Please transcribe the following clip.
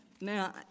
Now